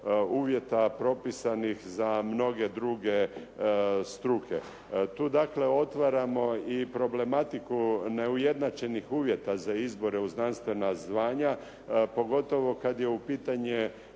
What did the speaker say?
uvjeta propisanih za mnoge druge struke. Tu dakle otvaramo i problematiku neujednačenih uvjeta za izbore u znanstvena zvanja, pogotovo kad je u pitanju